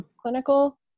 clinical